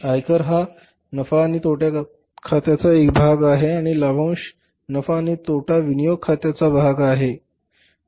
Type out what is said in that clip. आयकर हा नफा आणि तोटा खात्याचा एक भाग आहे आणि लाभांश नफा आणि तोटा विनियोग खात्याचा भाग आहे